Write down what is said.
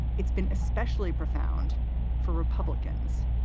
it's been especially profound for republicans.